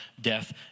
death